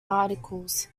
articles